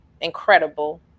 incredible